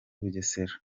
bugesera